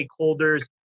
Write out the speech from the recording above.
stakeholders